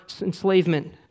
enslavement